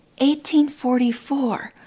1844